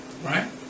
Right